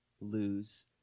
lose